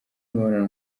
imibonano